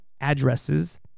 addresses